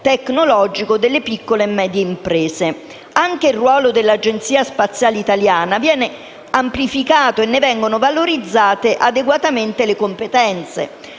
tecnologico delle piccole e medie imprese. Anche il ruolo dell'Agenzia spaziale italiana (ASI) viene amplificato e ne vengono valorizzate adeguatamente le competenze.